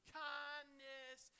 kindness